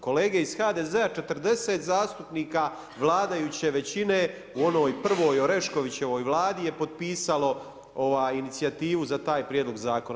Kolege iz HDZ-a, 40 zastupnika vladajuće većine, u onoj prvoj Oreškovićevoj vladi je potpisalo inicijativnu za taj prijedlog zakona.